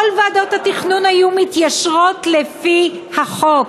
כל ועדות התכנון היו מתיישרות לפי החוק.